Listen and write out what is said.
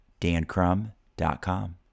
dancrum.com